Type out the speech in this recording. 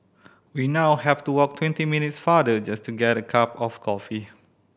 we now have to walk twenty minutes farther just to get a cup of coffee